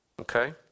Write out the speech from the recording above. okay